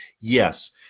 Yes